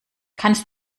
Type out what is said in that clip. kannst